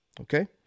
Okay